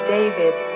David